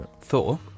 Thor